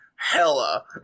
Hella